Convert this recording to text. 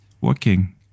working